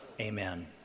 amen